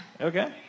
Okay